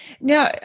Now